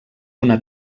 una